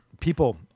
people